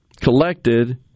collected